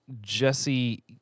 Jesse